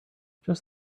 just